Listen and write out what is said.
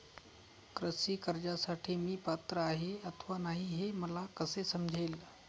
कृषी कर्जासाठी मी पात्र आहे अथवा नाही, हे मला कसे समजेल?